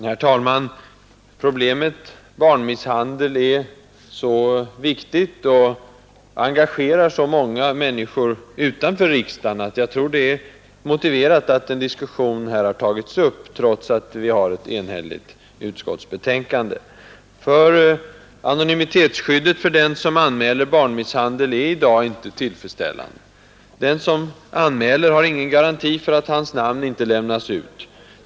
Herr talman! Problemet barnmisshandel är så viktigt och engagerar så många människor utanför riksdagen, att jag tror det är motiverat att en diskussion här har tagits upp, trots att vi har ett enhälligt utskottsbetänkande. Anonymitetsskyddet för den som anmäler barnmisshandel är i dag inte tillfreddställande. Den som anmäler har ingen garanti för att hans namn inte lämnas ut.